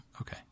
Okay